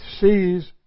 sees